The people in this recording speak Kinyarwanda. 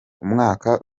umwaka